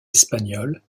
espagnol